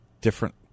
different